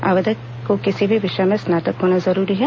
आवेदक को किसी भी विषय में स्नातक होना जरूरी है